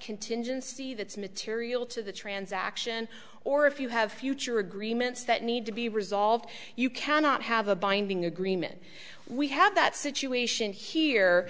contingency that's material to the transaction or if you have future agreements that need to be resolved you cannot have a binding agreement we have that situation here